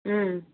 ம்